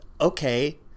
Okay